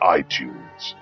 iTunes